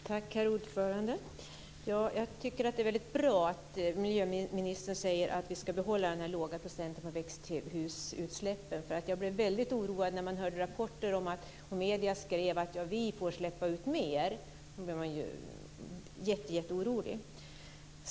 Herr talman! Jag tycker att det är väldigt bra att miljöministern säger att vi ska behålla den här låga procenten när det gäller utsläppen av växthusgaser. Jag blev väldigt oroad när det kom rapporter om och medierna skrev att vi får släppa ut mer. Då blev jag jätteorolig.